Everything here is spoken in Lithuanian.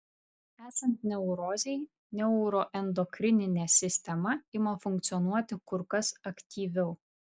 esant neurozei neuroendokrininė sistema ima funkcionuoti kur kas aktyviau